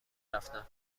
رفتن